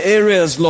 areas